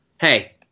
hey